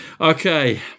Okay